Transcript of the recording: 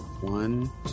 One